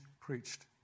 preached